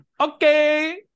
Okay